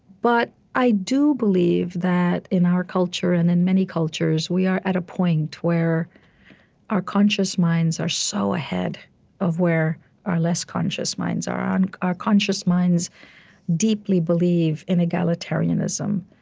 but i do believe that, in our culture and in many cultures, we are at a point where our conscious minds are so ahead of where our less conscious minds are. our our conscious minds deeply believe in egalitarianism,